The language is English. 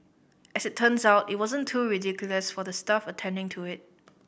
as it turns out it wasn't too ridiculous for the staff attending to it